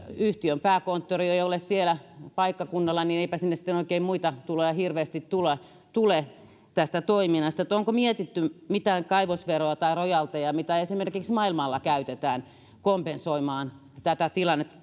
yhtiön pääkonttori ei ole sillä paikkakunnalla niin eipä sinne sitten oikein muita tuloja hirveästi tule tule tästä toiminnasta onko mietitty mitään kaivosveroa tai rojalteja mitä esimerkiksi maailmalla käytetään kompensoimaan tätä tilannetta